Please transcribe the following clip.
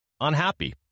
unhappy